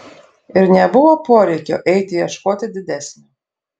ir nebuvo poreikio eiti ieškoti didesnio